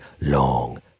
long